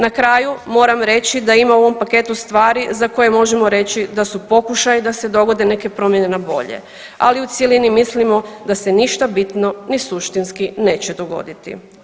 Na kraju moram reći da ima u ovom paketu stvari za koje možemo reći da su pokušaj da se dogode neke promjene na bolje, ali u cjelini mislimo da se ništa bitno ni suštinski neće dogoditi.